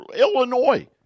Illinois